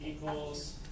equals